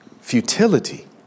futility